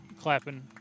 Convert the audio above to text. clapping